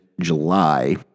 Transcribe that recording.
July